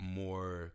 more